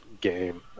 game